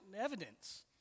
evidence